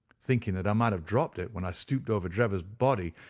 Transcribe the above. thinking that i might have dropped it when i stooped over drebber's body,